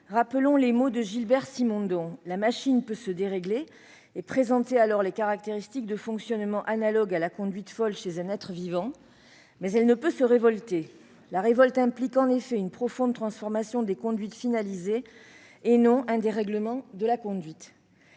rappelons les mots de Gilbert Simondon :« La machine peut se dérégler et présenter alors les caractéristiques de fonctionnement analogues à la conduite folle chez un être vivant. Mais elle ne peut se révolter. La révolte implique en effet une profonde transformation des conduites finalisées, et non un dérèglement de la conduite.